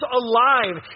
alive